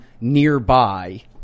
nearby